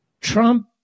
Trump